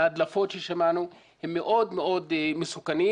ההדלפות ששמענו הן מאוד מסוכנות,